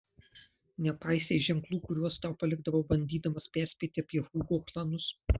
nepaisei ženklų kuriuos tau palikdavau bandydamas perspėti apie hugo planus